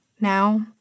Now